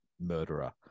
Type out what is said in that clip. murderer